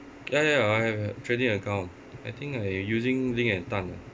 ya ya I have a trading account I think I using lim and tan ah